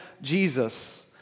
Jesus